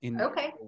Okay